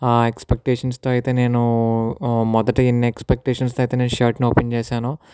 ఆ ఎక్స్పెక్టేషన్స్తో అయితే నేను మొదట ఎన్ని ఎక్స్పెక్టేషన్స్తో అయితే నేను షర్ట్ని ఓపెన్ చేసానో